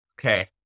okay